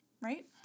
right